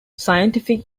scientific